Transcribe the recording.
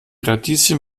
radieschen